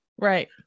Right